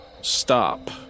stop